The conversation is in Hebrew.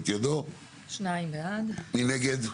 2. מי נגד?